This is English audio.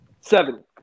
Seven